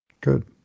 Good